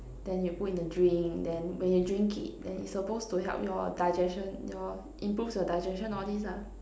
then you put in the drink then when you drink it then it's supposed to help your digestion your improves your digestion all this ah